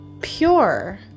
pure